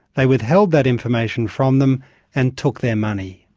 they withheld that information from them and took their money.